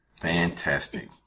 Fantastic